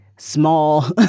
small